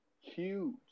huge